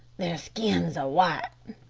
their skins are white.